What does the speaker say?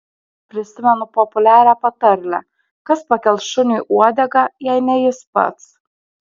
prisimenu populiarią patarlę kas pakels šuniui uodegą jei ne jis pats